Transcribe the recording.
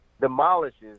demolishes